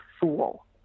fool